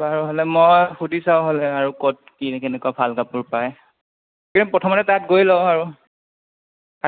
বাৰু হ'লে মই সুধি চাওঁ হ'লে আৰু ক'ত কি কেনেকুৱা ভাল কাপোৰ পায় প্ৰথমতে তাত গৈ লওঁ আৰু